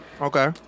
Okay